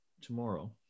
tomorrow